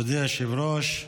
מכובדי היושב-ראש,